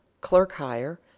clerk-hire